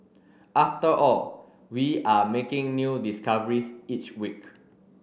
after all we are making new discoveries each week